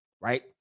Right